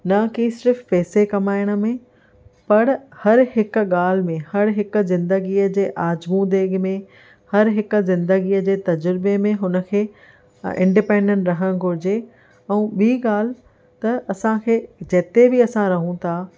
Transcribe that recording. न कि सिर्फ़ पैसे कमाइण में पर हर हिक ॻाल्हि में हर हिक ज़िंदगीअ जे आज़मूदे में हर हिक ज़िंदगीअ जे तजुर्बे में हुन खे इन्डिपेन्डन्ट रहणु घुरिजे ऐं ॿिई ॻाल्हि त असां खे जिते बि असां रहूं था